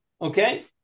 Okay